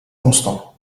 constant